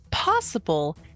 possible